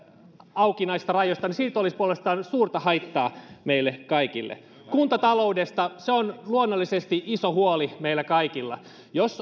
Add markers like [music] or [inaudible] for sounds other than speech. aukinaisista rajoista niin siitä olisi puolestaan suurta haittaa meille kaikille kuntataloudesta se on luonnollisesti iso huoli meillä kaikilla jos [unintelligible]